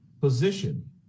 position